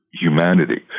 humanity